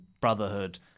brotherhood